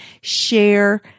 share